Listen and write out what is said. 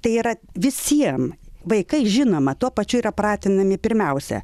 tai yra visiem vaikai žinoma tuo pačiu yra pratinami pirmiausia